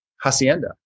hacienda